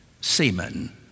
Seaman